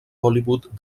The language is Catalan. hollywood